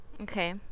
Okay